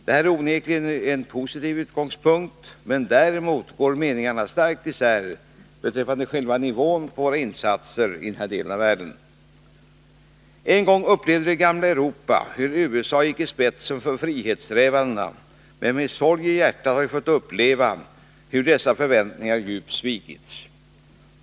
Det är onekligen en positiv utgångspunkt, men däremot går meningarna starkt isär beträffande nivån på våra insatser i denna del av världen. En gång upplevde det gamla Europa hur USA gick i spetsen för frihetssträvandena, men med sorg i hjärtat har vi nu fått uppleva hur våra förväntningar djupt har svikits.